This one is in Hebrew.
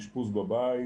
אשפוז בבית,